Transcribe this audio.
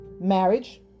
marriage